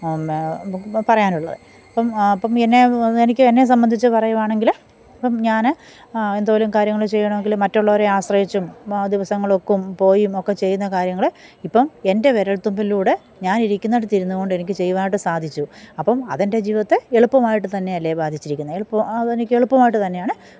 പറയാനുള്ളത് അപ്പം അപ്പം എന്നെ എനിക്ക് എന്നെ സംബന്ധിച്ച് പറയുവാണെങ്കിൽ ഇപ്പം ഞാൻ എന്തോരം കാര്യങ്ങൾ ചെയ്യണമെങ്കിൽ മറ്റുള്ളവരെ ആശ്രയിച്ചും മ ദിവസങ്ങൾ ഒക്കെയും പോയിയും ഒക്കെ ചെയ്യുന്ന കാര്യങ്ങൾ ഇപ്പം എന്റെ വിരല്ത്തുമ്പിലൂടെ ഞാൻ ഇരിക്കുന്നിടത്ത് ഇരുന്നുകൊണ്ട് എനിക്ക് ചെയ്യുവാനായിട്ട് സാധിച്ചു അപ്പം അതെന്റെ ജീവിതത്തെ എളുപ്പമായിട്ട് തന്നെയല്ലേ ബാധിച്ചിരിക്കുന്നത് എളുപ്പം അത് എനിക്ക് എളുപ്പമായിട്ട് തന്നെയാണ്